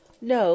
No